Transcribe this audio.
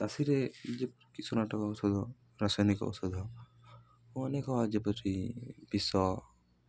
ଚାଷୀରେ ଯେପରି କୀଟନାଶକ ଔଷଧ ରାସାୟନିକ ଔଷଧ ଅନେକ ଯେପରି ବିଷ